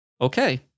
okay